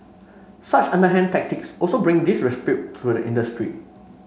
such underhand tactics also bring disrepute to the industry